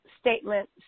statement